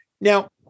Now